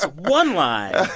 ah one line,